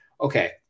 okay